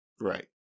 right